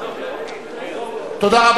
תודה.